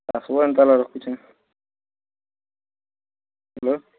ଆସିବନି ତାହାଲେ ରଖୁଛି ହେଲୋ